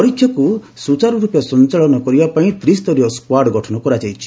ପରୀକ୍ଷାକୁ ସୁଚାରୁର୍ପେ ସଞାଳନ କରିବା ପାଇଁ ତ୍ରିସ୍ତରୀୟ ସ୍କାଡ ଗଠନ କରାଯାଇଛି